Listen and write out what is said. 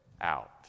out